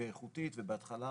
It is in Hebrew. ואיכותית ובהתחלה